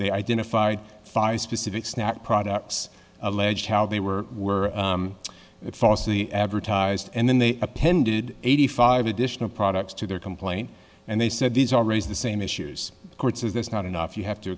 they identified five specific snack products alleged how they were were falsely advertised and then they appended eighty five additional products to their complaint and they said these are raise the same issues of course is this not enough you have to